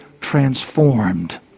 transformed